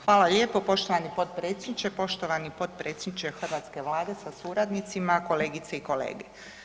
Hvala lijepo poštovani potpredsjedniče, poštovani potpredsjedniče hrvatske vlade sa suradnicima, kolegice i kolege.